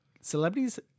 celebrities